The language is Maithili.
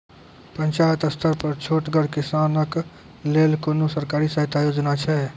पंचायत स्तर पर छोटगर किसानक लेल कुनू सरकारी सहायता योजना छै?